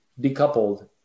decoupled